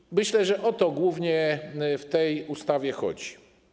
I myślę, że o to głównie w tej ustawie chodzi.